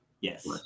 yes